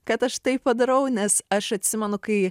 kad aš taip padarau nes aš atsimenu kai